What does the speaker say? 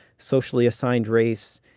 socially assigned race,